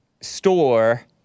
store